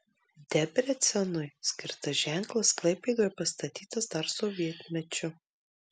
debrecenui skirtas ženklas klaipėdoje pastatytas dar sovietmečiu